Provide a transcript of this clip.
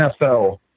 NFL